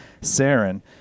sarin